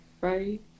right